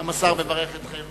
גם השר מברך אתכם.